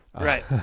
Right